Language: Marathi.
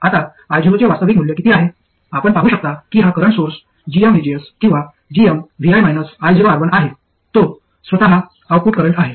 आता io चे वास्तविक मूल्य किती आहे आपण पाहू शकता की हा करंट सोर्स gmvgs किंवा gmvi -ioR1 आहे आणि तो स्वतः आउटपुट करंट आहे